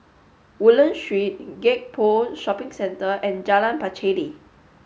Woodland Street Gek Poh Shopping Centre and Jalan Pacheli